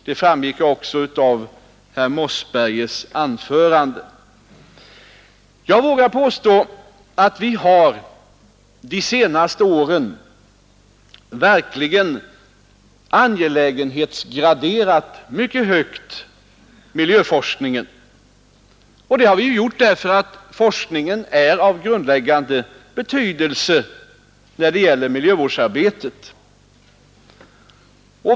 Det framgick också av herr Mossbergers anförande. Jag vågar påstå att vi de senaste åren verkligen har satt miljöforskningen mycket högt vid angelägenhetsgraderingen. Det har vi gjort därför att forskning är av grundläggande betydelse för miljövårdsarbetet.